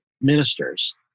ministers